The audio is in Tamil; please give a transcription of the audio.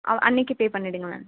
அன்னைக்கு பே பண்ணிவிடுங்க மேம்